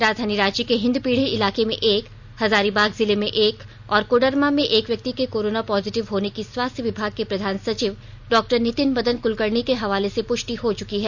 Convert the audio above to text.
राजधानी रांची के हिंदपीढ़ी इलाके में एक हजारीबाग जिले में एक और कोडरमा में एक व्यक्ति के कोरोना पॉजिटिव होने की स्वास्थ्य विभाग के प्रधान सचिव डॉक्टर नितिन मदन कुलकर्णी के हवाले से पुष्टि हो चुकी है